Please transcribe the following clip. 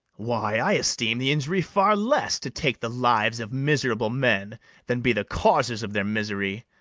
why, i esteem the injury far less, to take the lives of miserable men than be the causers of their misery.